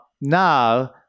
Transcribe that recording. now